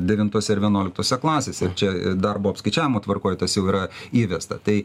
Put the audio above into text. devintose ir vienuoliktose klasėse čia ir darbo apskaičiavimo tvarkoj tas jau yra įvesta tai